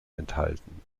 enthalten